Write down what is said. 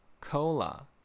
Cola